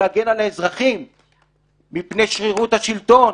כל להגן על האזרחים מפני שרירות השלטון,